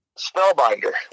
spellbinder